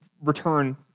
return